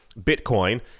Bitcoin